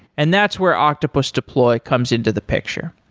and that's where octopus deploy comes into the picture.